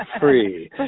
free